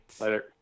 Later